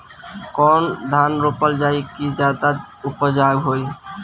कौन धान रोपल जाई कि ज्यादा उपजाव होई?